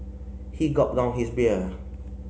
he gulped down his beer